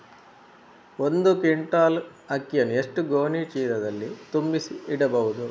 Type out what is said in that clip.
ಒಂದು ಕ್ವಿಂಟಾಲ್ ಅಕ್ಕಿಯನ್ನು ಎಷ್ಟು ಗೋಣಿಚೀಲದಲ್ಲಿ ತುಂಬಿಸಿ ಇಡಬಹುದು?